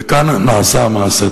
וכאן נעשה המעשה.